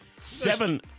Seven